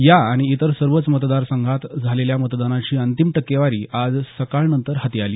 या आणि इतर सर्वच मतदार संघात झालेल्या मतदानाची अंतिम टक्केवारी आज सकाळनंतर हाती आली